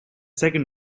second